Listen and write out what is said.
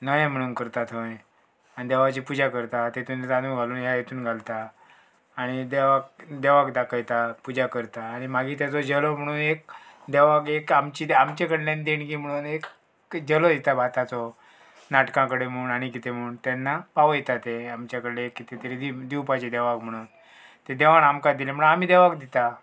नवें म्हणून करता थंय आनी देवाची पुजा करता तेतून जानो घालून ह्या हेतून घालता आनी देवाक देवाक दाखयता पुजा करता आनी मागीर तेचो जेलो म्हणून एक देवाक एक आमची आमचे कडल्यान देणगी म्हणून एक जेलो दिता भाताचो नाटकां कडेन म्हूण आनी कितें म्हूण तेन्ना पावयता तें आमचे कडले कितें तरी दिव दिवपाचे देवाक म्हणून तें देवान आमकां दिले म्हणून आमी देवाक दिता